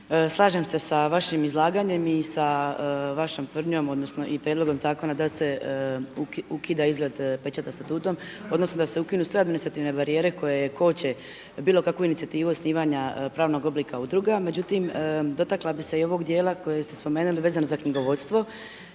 slažem se sa vašim izlaganjem i sa vašom tvrdnjom, odnosno i prijedlogom zakona da se ukida izgled pečata statutom, odnosno da se ukinu sve administrativne barijere koje koče bilo kakvu inicijativu osnivanja pravnog oblika udruga. Međutim, dotakla bih se i ovog dijela koje ste spomenuli vezano za knjigovodstvo